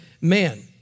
man